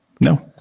No